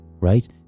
right